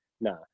nah